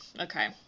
Okay